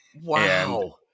Wow